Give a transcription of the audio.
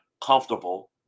comfortable